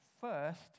first